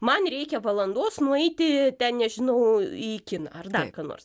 man reikia valandos nueiti ten nežinau į kiną ar dar ką nors